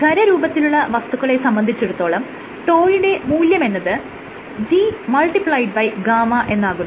ഖരരൂപത്തിലുള്ള വസ്തുക്കളെ സംബന്ധിച്ചിടത്തോളം τ യുടെ മൂല്യമെന്നത് Gγ എന്നാകുന്നു